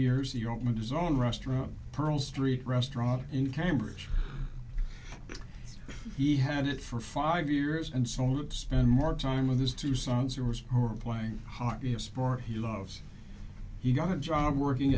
years he opened his own restaurant pearl street restaurant in cambridge he had it for five years and so it spend more time with his two sons it was her playing hockey a sport he loves he got a job working